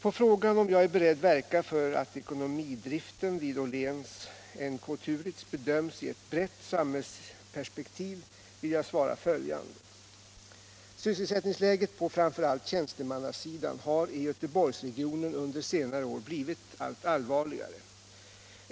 På frågan om jag är beredd verka för att ekonomidriften vid Åhléns/NK-Turitz bedöms i ett brett samhällsperspektiv vill jag svara följande. Sysselsättningsläget på framför allt tjänstemannasidan har i Göteborgsregionen under senare år blivit allt allvarligare.